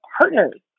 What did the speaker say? partners